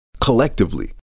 collectively